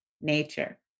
nature